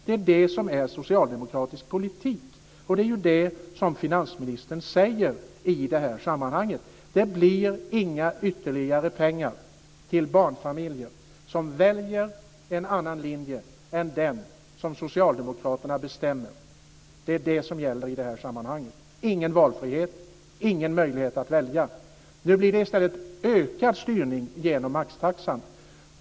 Det är det som är socialdemokratisk politik, och det är det som finansministern säger. Det blir inga ytterligare pengar till barnfamiljer som väljer en annan linje än den som socialdemokraterna bestämmer. Det är vad som gäller i det här sammanhanget: ingen valfrihet, ingen möjlighet att välja. Nu blir det i stället ökad styrning genom maxtaxan.